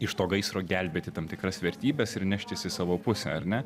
iš to gaisro gelbėti tam tikras vertybes ir neštis į savo pusę ar ne